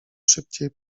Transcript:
szybciej